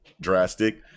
drastic